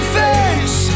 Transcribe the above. face